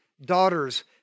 daughters